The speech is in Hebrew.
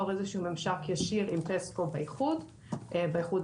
איזשהו ממשק ישיר עם PESCO באיחוד האירופי,